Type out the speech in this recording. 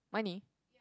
money